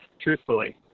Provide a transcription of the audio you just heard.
truthfully